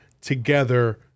together